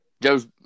Joe's